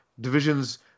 divisions